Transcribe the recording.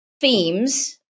themes